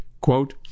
quote